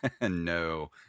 No